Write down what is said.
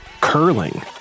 curling